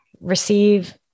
receive